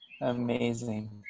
Amazing